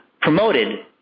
promoted